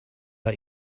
out